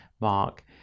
Mark